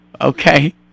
Okay